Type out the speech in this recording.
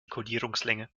kodierungslänge